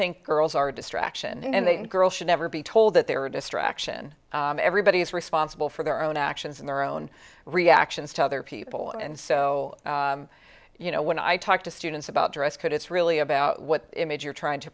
think girls are a distraction and girls should never be told that they are a distraction everybody is responsible for their own actions and their own reactions to other people and so you know when i talk to students about dress code it's really about what image you're trying to